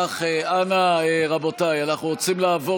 אנא, רבותיי, אנחנו רוצים לעבור